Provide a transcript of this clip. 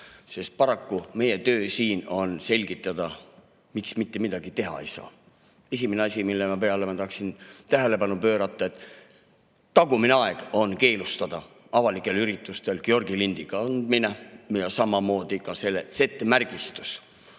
sest paraku meie töö siin on selgitada, miks mitte midagi teha ei saa. Esimene asi, millele ma tahaksin tähelepanu pöörata, on see, et tagumine aeg on keelustada avalikel üritustel Georgi lindi kandmine ja samamoodi ka Z‑märgistus.